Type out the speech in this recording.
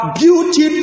beauty